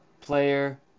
player